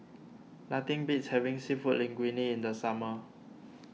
nothing beats having Seafood Linguine in the summer